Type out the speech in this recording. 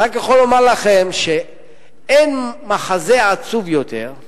אני רק יכול לומר לכם שאין מחזה עצוב יותר מזה